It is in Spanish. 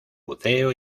buceo